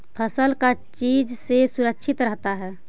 फसल का चीज से सुरक्षित रहता है?